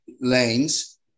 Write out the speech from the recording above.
lanes